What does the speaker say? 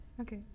Okay